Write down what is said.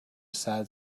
sad